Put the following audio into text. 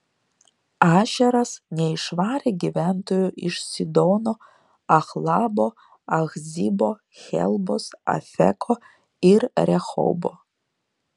ašeras neišvarė gyventojų iš sidono achlabo achzibo helbos afeko ir rehobo